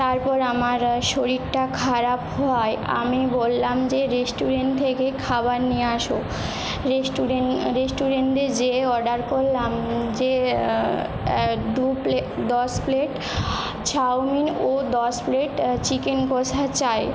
তারপর আমার শরীরটা খারাপ হয় আমি বললাম যে রেস্টুরেন্ট থেকে খাবার নিয়ে আসো রেস্টুরেন্ট রেস্টুরেন্টে যেয়ে অর্ডার করলাম যে দু প্লে দশ প্লেট চাউমিন ও দশ প্লেট চিকেন কষা চাই